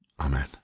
Amen